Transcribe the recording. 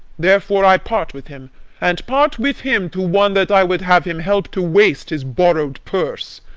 therefore i part with him and part with him to one that i would have him help to waste his borrow'd purse.